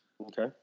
Okay